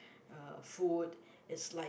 uh food it's like